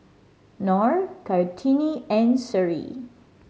Nor Kartini and Seri